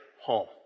home